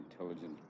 intelligent